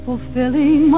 Fulfilling